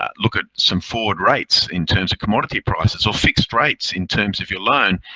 ah look at some forward rates in terms of commodity prices or fixed rates in terms of your loan.